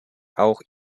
auch